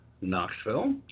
Knoxville